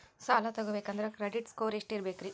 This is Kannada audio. ಸಾಲ ತಗೋಬೇಕಂದ್ರ ಕ್ರೆಡಿಟ್ ಸ್ಕೋರ್ ಎಷ್ಟ ಇರಬೇಕ್ರಿ?